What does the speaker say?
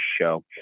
show